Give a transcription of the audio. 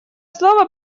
слово